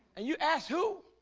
you asked who?